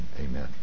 amen